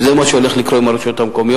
ועדת החינוך.